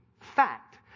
Fact